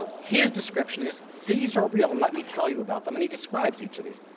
his description is, these are real, and let me tell you about them. and he describes each of these.